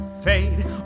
fade